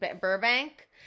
Burbank